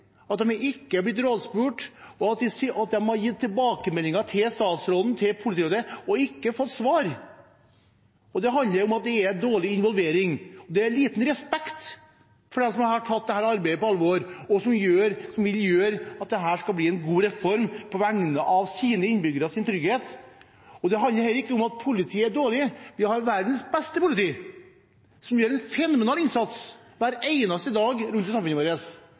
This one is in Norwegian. at de ikke er blitt rådspurt, at de har gitt tilbakemeldinger til statsråden, til politirådet, og ikke fått svar. Og det handler om at det er dårlig involvering, og at det er liten respekt for dem som har tatt dette arbeidet på alvor, og som vil gjøre at dette skal bli en god reform på vegne av tryggheten til sine innbyggere. Det handler heller ikke om at politiet er dårlig. Vi har verdens beste politi, som gjør en fenomenal innsats hver eneste dag rundt om i samfunnet vårt,